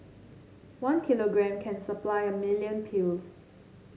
one kilogram can supply a million pills